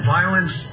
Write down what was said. Violence